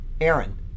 Aaron